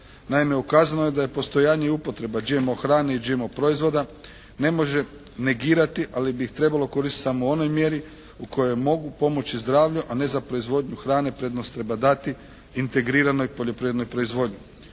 Naime ukazano je da je postojanje i upotreba GMO hrane i GMO proizvoda ne može negirati, ali bi ih trebalo koristiti samo u onoj mjeri u kojoj mogu pomoći zdravlju, a ne za proizvodnju hrane. Prednost treba dati integriranoj poljoprivrednoj proizvodnji.